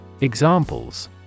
Examples